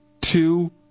two